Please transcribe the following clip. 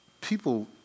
people